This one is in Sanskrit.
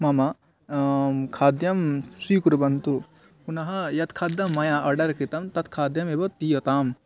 मम खाद्यं स्वीकुर्वन्तु पुनः यत् खाद्यं मया आर्डर् कृतम् तत् खाद्यमेव दीयताम्